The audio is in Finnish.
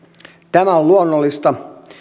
tämä on luonnollista